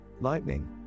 lightning